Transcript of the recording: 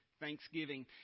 Thanksgiving